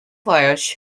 wires